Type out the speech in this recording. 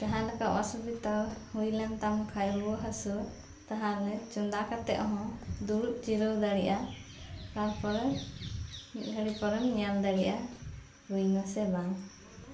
ᱡᱟᱦᱟᱸ ᱞᱮᱠᱟ ᱚᱥᱩᱵᱤᱫᱷᱟ ᱦᱳᱭ ᱞᱮᱱᱠᱷᱟᱱ ᱛᱟᱢ ᱠᱷᱟᱱ ᱨᱩᱭᱟᱹ ᱦᱟᱹᱥᱩ ᱛᱟᱦᱚᱞᱮ ᱪᱚᱸᱫᱟ ᱠᱟᱛᱮ ᱦᱚᱸ ᱫᱩᱲᱩᱵ ᱡᱤᱨᱟᱹᱣ ᱫᱟᱲᱮᱭᱟᱜᱼᱟ ᱛᱟᱯᱚᱨᱮ ᱢᱤᱫ ᱜᱷᱟᱹᱲᱤᱡ ᱯᱚᱨᱮᱢ ᱧᱮᱞ ᱫᱟᱲᱮᱭᱟᱜᱼᱟ ᱦᱳᱭ ᱮᱱᱟ ᱥᱮ ᱵᱟᱝ